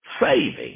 saving